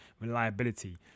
Reliability